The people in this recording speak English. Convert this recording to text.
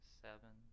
seven